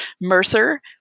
Mercer